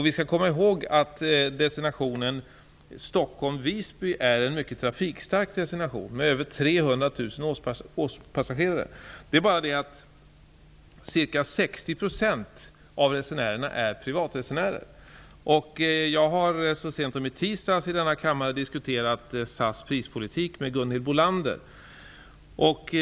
Vi skall komma ihåg att linjen Stockholm--Visby är mycket trafikstark med över 300 000 årspassagerare. Ca 60 % av resenärerna är dock privatresenärer. Jag har så sent som i tisdags i denna kammare diskuterat SAS prispolitik med Gunhild Bolander.